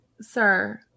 Sir